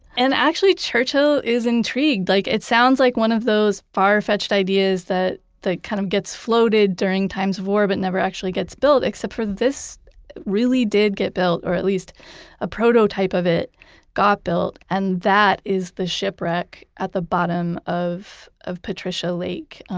and actually, churchill is intrigued. like it sounds like one of those farfetched ideas that kind of gets floated during times of war but never actually gets built, except for this really did get built, or at least a prototype of it got built. and that is the shipwreck at the bottom of of patricia lake,